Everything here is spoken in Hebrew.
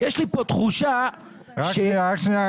יש לי פה תחושה --- רק שנייה,